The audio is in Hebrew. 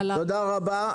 תודה רבה.